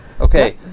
Okay